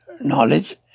knowledge